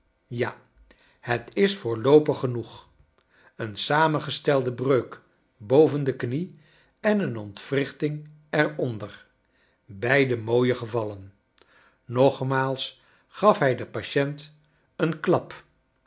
ja het is voorloopig genoeg een samengestelde brer k boven de knie en een ontwriohting er onder beide rnooie gevallen nogmaals gaf hij den patient een klap